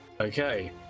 okay